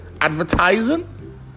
advertising